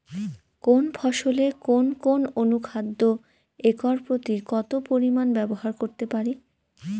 কোন ফসলে কোন কোন অনুখাদ্য একর প্রতি কত পরিমান ব্যবহার করতে পারি?